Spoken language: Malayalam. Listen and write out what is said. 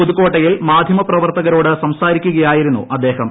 പുതുക്കോട്ടയിൽ മാധ്യമ പ്രവർത്തകരോട് സംസാരിക്കുകയായിരുന്നു അദ്ദേഹം